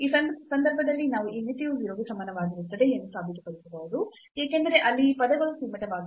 ಈ ಸಂದರ್ಭದಲ್ಲಿ ನಾವು ಈ ಮಿತಿಯು 0 ಗೆ ಸಮನಾಗಿರುತ್ತದೆ ಎಂದು ಸಾಬೀತುಪಡಿಸಬಹುದು ಏಕೆಂದರೆ ಅಲ್ಲಿ ಈ ಪದಗಳು ಸೀಮಿತವಾಗಿವೆ